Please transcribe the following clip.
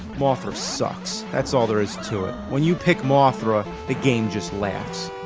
mothra sucks, that's all there is to it. when you pick mothra, the game just laughs.